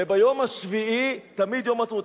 וביום השביעי תמיד יום העצמאות,